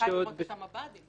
שהרשות המקומית מעסיקה אותו.